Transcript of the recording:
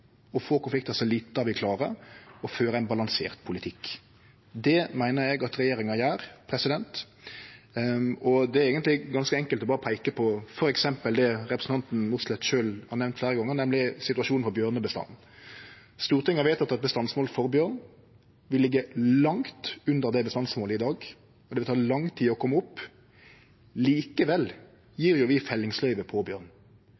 få konflikten så liten ein klarer og føre ein balansert politikk. Det meiner eg at regjeringa gjer. Det er eigentleg ganske enkelt berre å peike på f.eks. det representanten Mossleth har nemnt fleire gonger, nemleg situasjonen for bjørnebestanden. Stortinget her vedteke eit bestandsmål for bjørn, vi ligg langt under det bestandsmålet i dag, og det vil ta lang tid å kome opp. Likevel gjev vi fellingsløyve på bjørn.